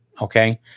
Okay